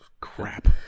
Crap